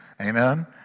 Amen